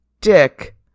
dick